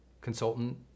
consultant